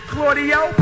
Claudio